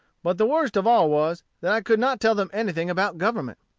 but the worst of all was, that i could not tell them anything about government.